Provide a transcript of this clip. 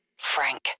Frank